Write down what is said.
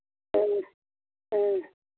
हाँ हाँ